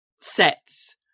sets